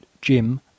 jim